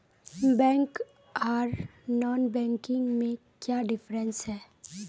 Bank आर non banking में क्याँ डिफरेंस है?